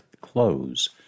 close